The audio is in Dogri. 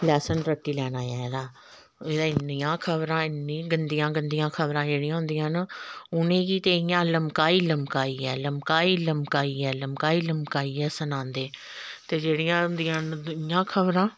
लैसन रट्टी लैना ऐ एह्दा एह्दा इन्नियां खबरां इन्नी गंदियां गंदियां खबरां जेह्ड़िया होंदियां न उ'नें गी ते इ'यां लमकाई लमकाइयै लमकाई लमकाइयै लमकाई लमकाइयै सनांदे ते जेह्ड़ियां होंदियां न इ'यां खबरां